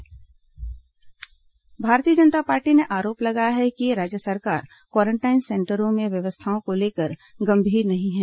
corona Bhajpa आरोप Bharatiya Janata Party ने आरोप लगाया है कि राज्य सरकार क्वारेंटाइन सेंटरों में व्यवस्थाओं को लेकर गंभीर नहीं है